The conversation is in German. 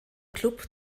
klub